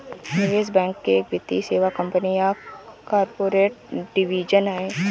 निवेश बैंक एक वित्तीय सेवा कंपनी या कॉर्पोरेट डिवीजन है